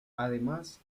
además